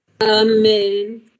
Amen